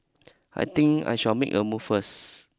I think I shall make a move first